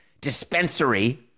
dispensary